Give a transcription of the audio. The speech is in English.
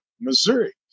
Missouri